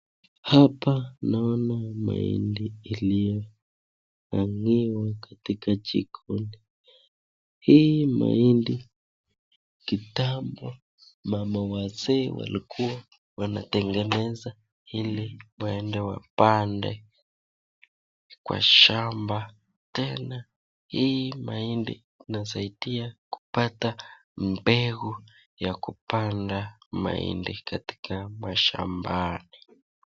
Hapa naona mahindi iliyo hangiwa katika jikoni. Hii mahindi kitambo mama wazee walikuwa wanatengeneza ili waende wapande kwa shamba tena hii mahindi inasaidia kupata mbegu ya kupanda mahindi katika mashambani.